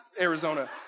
Arizona